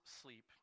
sleep